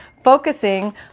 Focusing